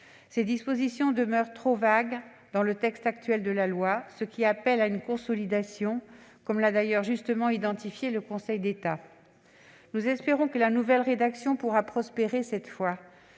Ces dispositions demeurent trop vagues dans le texte actuel de la loi, ce qui requiert une consolidation, comme l'a d'ailleurs justement identifié le Conseil d'État. Nous espérons que la nouvelle rédaction pourra cette fois